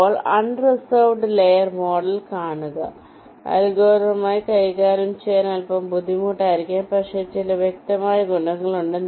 ഇപ്പോൾ unreserved layer model കാണുക അൽഗോരിതമായി കൈകാര്യം ചെയ്യാൻ അൽപ്പം ബുദ്ധിമുട്ടായിരിക്കാം പക്ഷേ ചില വ്യക്തമായ ഗുണങ്ങളുണ്ട്